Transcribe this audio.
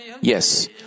Yes